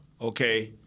okay